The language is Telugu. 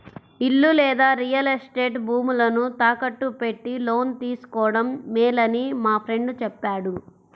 ఇల్లు లేదా రియల్ ఎస్టేట్ భూములను తాకట్టు పెట్టి లోను తీసుకోడం మేలని మా ఫ్రెండు చెప్పాడు